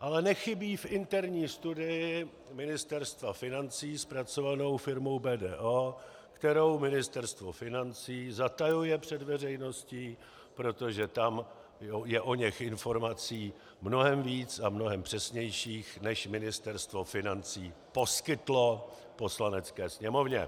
ale nechybí v interní studii Ministerstva financí zpracované firmou BDO, kterou Ministerstvo financí zatajuje před veřejností, protože tam je oněch informací mnohem víc a mnohem přesnějších, než Ministerstvo financí poskytlo Poslanecké sněmovně.